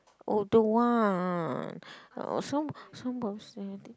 oh don't want